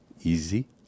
easy